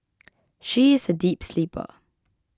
she is a deep sleeper